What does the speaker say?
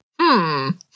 -hmm